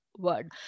word